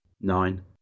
Nine